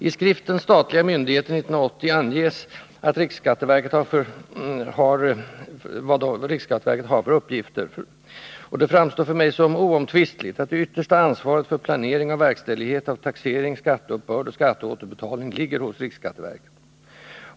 I skriften Statliga myndigheter 1980 anges vad riksskatteverket har för uppgifter. Det framstår för mig som oomtvistligt att det yttersta ansvaret för planering och verkställighet av taxering, skatteuppbörd och skatteåterbetalning ligger hos riksskatteverket.